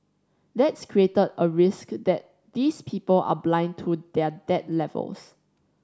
that's created a risk that these people are blind to their debt levels